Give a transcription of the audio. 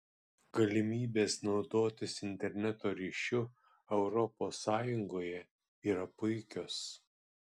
galimybės naudotis interneto ryšiu europos sąjungoje yra puikios